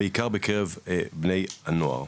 בעיקר בקרב בני הנוער.